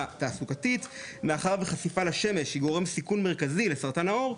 תעסוקתית לאחר וחשיפה לשמש היא גורם סיכון מרכזי לסרטן העור,